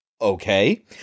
Okay